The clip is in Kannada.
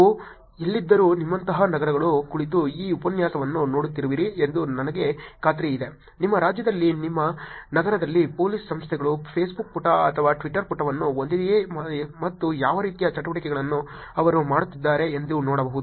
ನೀವು ಎಲ್ಲಿದ್ದರೂ ನಿಮ್ಮಂತಹ ನಗರಗಳು ಕುಳಿತು ಈ ಉಪನ್ಯಾಸಗಳನ್ನು ನೋಡುತ್ತಿರುವಿರಿ ಎಂದು ನನಗೆ ಖಾತ್ರಿಯಿದೆ ನಿಮ್ಮ ರಾಜ್ಯದಲ್ಲಿ ನಿಮ್ಮ ನಗರದಲ್ಲಿ ಪೊಲೀಸ್ ಸಂಸ್ಥೆಗಳು ಫೇಸ್ಬುಕ್ ಪುಟ ಅಥವಾ ಟ್ವಿಟರ್ ಪುಟವನ್ನು ಹೊಂದಿದೆಯೇ ಮತ್ತು ಯಾವ ರೀತಿಯ ಚಟುವಟಿಕೆಗಳನ್ನು ಅವರು ಮಾಡುತ್ತಿದ್ದಾರೆ ಎಂದು ನೋಡಬಹುದು